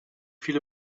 viele